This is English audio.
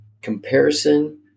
comparison